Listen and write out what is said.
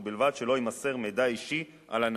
ובלבד שלא יימסר מידע אישי על הנהגים.